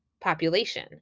population